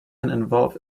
involve